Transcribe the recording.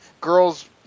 girls